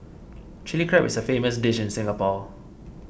Chilli Crab is a famous dish in Singapore